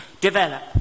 develop